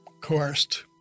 coerced